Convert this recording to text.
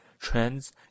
trends